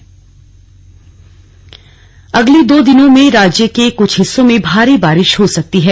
मौसम अगले दो दिनों में राज्य के कुछ हिस्सों में भारी बारिश हो सकती है